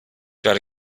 werde